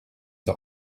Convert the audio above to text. the